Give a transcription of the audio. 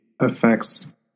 affects